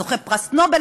הזוכה הבא בפרס נובל,